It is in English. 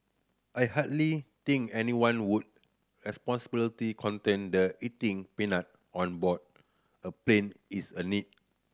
I hardly think anyone would responsibility contend the eating peanut on board a plane is a need